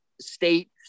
state